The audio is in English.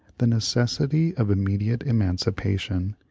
the necessity of immediate emancipation.